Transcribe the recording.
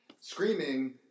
screaming